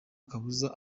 kabuza